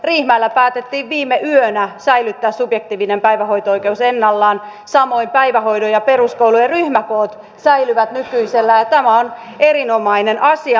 riihimäellä päätettiin viime yönä säilyttää subjektiivinen päivähoito oikeus ennallaan samoin päivähoidon ja peruskoulujen ryhmäkoot säilyvät nykyisellään ja tämä on erinomainen asia